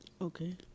Okay